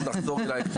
נחזור אליך.